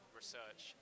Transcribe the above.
research